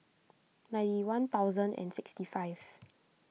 ninety one thousand and sixty five